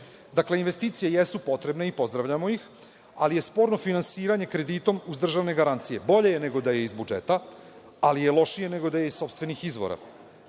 investicije jesu potrebne i pozdravljamo ih, ali je sporno finansiranje kredita uz državne garancije. Bolje je nego da je iz budžeta, ali je lošije nego da je iz sopstvenih izvora.